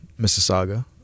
Mississauga